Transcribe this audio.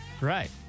Right